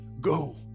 Go